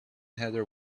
heather